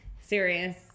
Serious